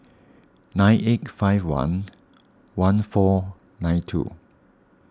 nine eight five one one four nine two